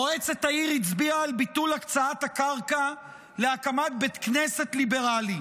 מועצת העיר הצביעה על ביטול הקצאת הקרקע להקמת בית כנסת ליברלי.